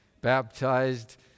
baptized